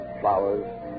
flowers